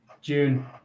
June